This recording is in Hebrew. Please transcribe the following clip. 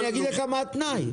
אני שמעתי ידיעה גדולה,